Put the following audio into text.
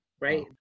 Right